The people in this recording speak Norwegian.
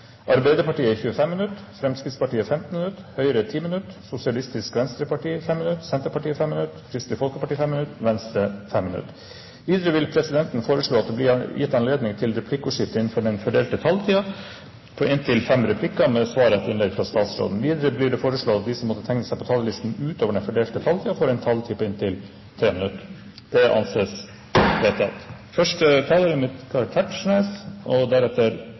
Arbeiderpartiet 25 minutter, Fremskrittspartiet 15 minutter, Høyre 10 minutter, Sosialistisk Venstreparti 5 minutter, Senterpartiet 5 minutter, Kristelig Folkeparti 5 minutter og Venstre 5 minutter. Videre vil presidenten foreslå at det blir gitt anledning til replikkordskifte på inntil fem replikker med svar etter innlegget fra statsråden innenfor den fordelte taletid. Videre blir det foreslått at de som måtte tegne seg på talerlisten utover den fordelte taletid, får en taletid på inntil 3 minutter. – Det anses vedtatt.